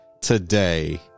today